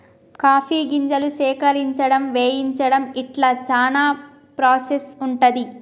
coffee గింజలు సేకరించడం వేయించడం ఇట్లా చానా ప్రాసెస్ ఉంటది